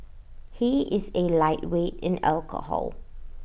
he is A lightweight in alcohol